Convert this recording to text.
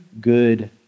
good